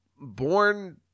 born